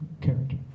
character